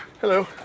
Hello